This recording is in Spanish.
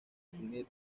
asumir